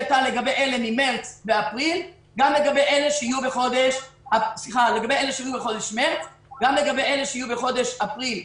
הייתה לגבי אלה שהיו בחודש מרץ גם לגבי אלה שיהיו בחודש אפריל,